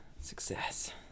Success